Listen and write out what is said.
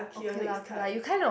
okay lah okay lah you kind of